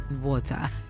Water